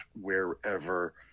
wherever